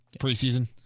preseason